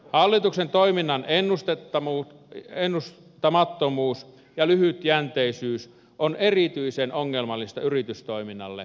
hallituksen toiminnan ennustamattomuus ja lyhytjänteisyys on erityisen ongelmallista yritystoiminnalle ja työllisyydelle